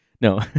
No